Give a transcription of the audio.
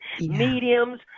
mediums